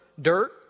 dirt